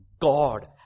God